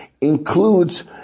includes